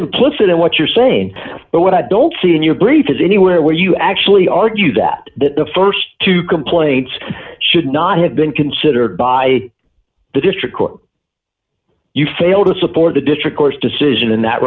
implicit in what you're saying but what i don't see in your brief is anywhere where you actually argue that the st two complaints should not have been considered by the district court you fail to support the district court's decision in that